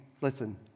listen